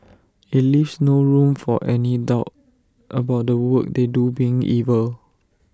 IT leaves no room for any doubt about the work they do being evil